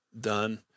done